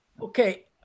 Okay